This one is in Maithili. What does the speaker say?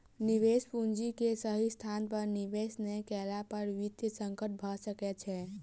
निवेश पूंजी के सही स्थान पर निवेश नै केला पर वित्तीय संकट भ सकै छै